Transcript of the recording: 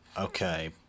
Okay